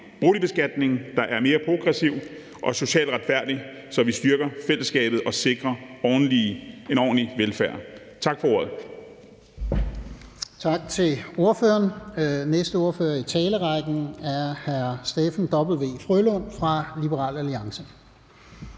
boligbeskatning, der er mere progressiv og socialt retfærdig, så vi styrker fællesskabet og sikrer en ordentlig velfærd. Tak for ordet.